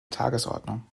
tagesordnung